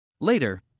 Later